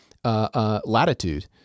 Latitude